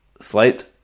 slate